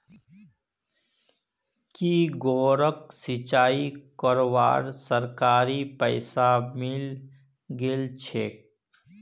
की गौरवक सिंचाई करवार सरकारी पैसा मिले गेल छेक